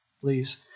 please